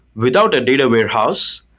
without a data warehouse,